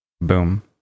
boom